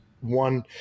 One